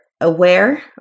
aware